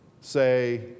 say